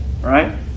Right